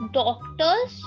doctors